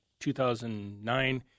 2009